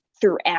throughout